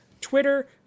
Twitter